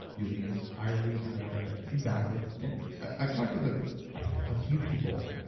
you'll be entirely unaware of it exactly and i've talked with a ah few people,